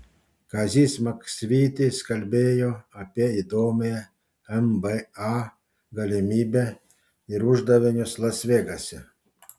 kazys maksvytis kalbėjo apie įdomią nba galimybę ir uždavinius las vegase